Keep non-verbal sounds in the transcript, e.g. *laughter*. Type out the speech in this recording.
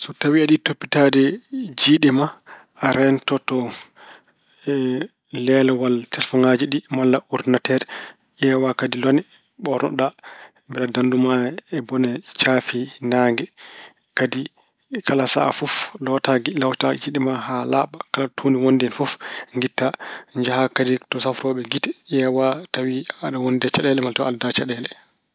So tawi aɗa yiɗi toppitaade njiyɗe ma, a reentoto *hesitation* leelewal telefoŋaaji ɗi malla ordinateer. Ƴeewa kadi lone, ɓoornoɗa mbele ndanndu e bone caafe naange. Kadi, kala sahaa fof lootaa gite ma haa laaɓa, kala tuundi wonndi hen fof ngitta. Njaha kadi to safroowo gite, ƴeewa tawi aɗa wonde caɗeele malla a aldaa e caɗeele.